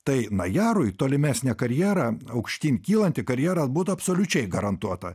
tai najarui tolimesnė karjera aukštyn kylanti karjera būtų absoliučiai garantuota